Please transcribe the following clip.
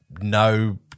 no